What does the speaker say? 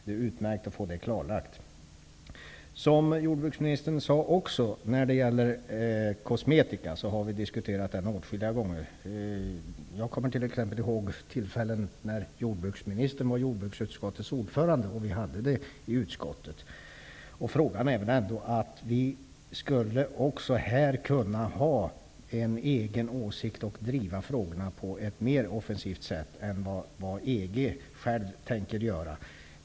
Det är utmärkt att få det klarlagt. Vi har diskuterat detta med kosmetika och djurförsök åtskilliga gånger, som jordbruksministern sade. Jag kommer t.ex. ihåg när jordbruksministern var jordbruksutskottets ordförande, och vi tog upp frågan i utskottet. Jag menar att vi även här skulle kunna ha en egen åsikt och driva frågorna på ett mera offensivt sätt än vad EG tänker göra.